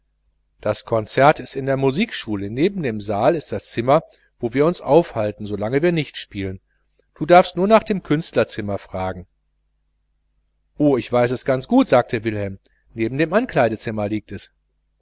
das konzert ist in der musikschule neben dem saal ist das zimmer in dem wir uns aufhalten so lange wir nicht spielen du darfst nur nach dem künstlerzimmer fragen o ich weiß es gut sagte wilhelm neben dem garderobezimmer liegt es